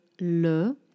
le